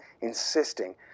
insisting